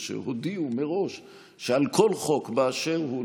שהודיעו מראש שעל כל חוק באשר הוא,